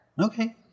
Okay